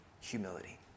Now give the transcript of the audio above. humility